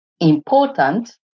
important